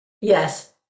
Yes